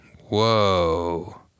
whoa